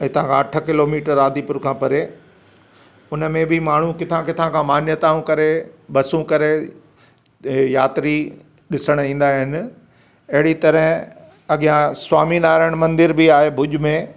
हितां खां अठ किलोमीटर आदिपुर खां परे उनमें बि माण्हू किथां किथां खां मान्यताऊं करे बसूं करे यात्री ॾिसण ईंदा आहिनि अहिड़ी तरहं अॻियां स्वामी नारायण मंदिर बि आहे भुज में